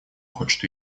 хочет